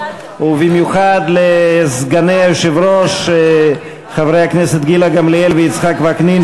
ובמיוחד לסגני היושב-ראש חברי הכנסת גילה גמליאל ויצחק וקנין,